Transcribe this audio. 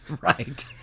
right